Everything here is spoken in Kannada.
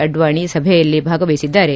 ಅಡ್ವಾಣಿ ಸಭೆಯಲ್ಲಿ ಭಾಗವಹಿಸಿದ್ದಾರೆ